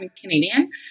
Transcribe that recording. Canadian